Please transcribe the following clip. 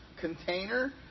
container